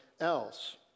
else